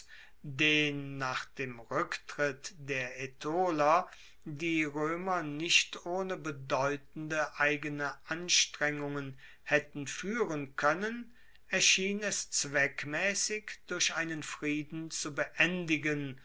den nach dem ruecktritt der aetoler die roemer nicht ohne bedeutende eigene anstrengungen haetten fuehren koennen erschien es zweckmaessig durch einen frieden zu beendigen